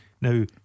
Now